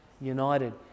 united